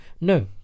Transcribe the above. No